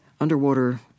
underwater